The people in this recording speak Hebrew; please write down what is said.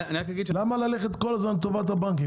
למה ללכת כל הזמן לטובת הבנקים?